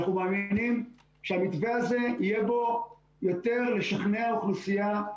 אנחנו מאמינים שהמתווה הזה יהיה בו יותר לשכנע אוכלוסייה,